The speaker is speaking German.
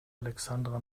alexandra